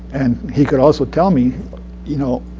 and he could also tell me you know